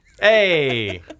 Hey